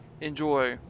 enjoy